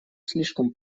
слишком